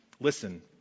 Listen